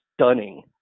stunning